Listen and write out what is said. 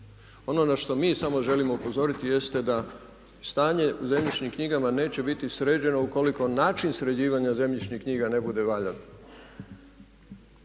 Ono na što mi samo želimo upozoriti jeste da stanje u zemljišnim knjigama neće biti sređeno ukoliko način sređivanja zemljišnih knjiga ne bude valjan.